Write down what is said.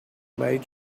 made